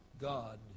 God